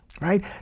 right